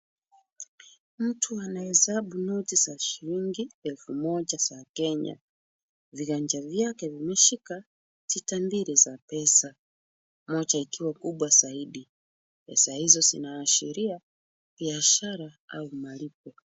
Mtu anahesabu noti za shilingi elfu moja za Kenya. Viganja vyake vimeshika tita mbili za pesa. Moja ikiwa kubwa zaidi. Pesa hizo zinaashiria biashara au malipo.